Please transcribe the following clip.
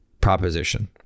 proposition